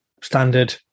standard